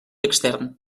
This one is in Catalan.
extern